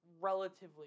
relatively